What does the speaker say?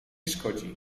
szkodzi